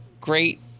great